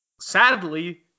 sadly